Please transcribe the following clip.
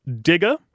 Digger